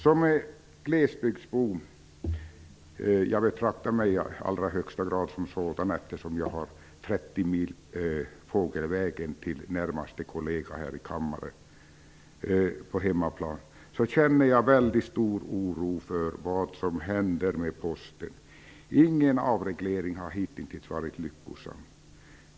Som glesbygdsbo -- jag betraktar mig i allra högsta grad som sådan, eftersom jag på hemmaplan har 30 mil fågelvägen till närmaste kollega här i kammaren -- känner jag mycket stor oro för vad som händer med Posten. Ingen avreglering har hitintills varit lyckosam.